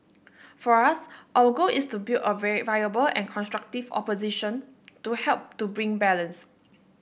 for us our goal is to build a very viable and constructive opposition to help to bring balance